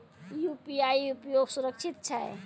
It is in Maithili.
यु.पी.आई उपयोग सुरक्षित छै?